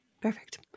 Perfect